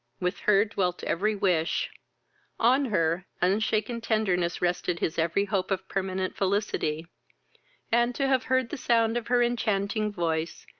with her dwelt every wish on her unshaken tenderness rested his every hope of permanent felicity and, to have heard the sound of her enchanting voice,